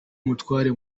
umutware